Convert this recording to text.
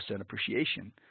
appreciation